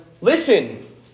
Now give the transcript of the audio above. Listen